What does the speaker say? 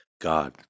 God